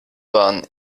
waren